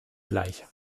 gleich